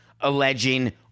alleging